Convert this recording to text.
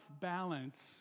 balance